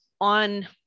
on